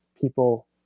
people